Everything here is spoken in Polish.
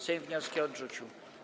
Sejm wnioski odrzucił.